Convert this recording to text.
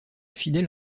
fidèle